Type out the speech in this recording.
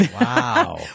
wow